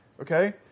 okay